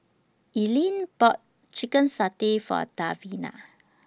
Ellyn bought Chicken Satay For Davina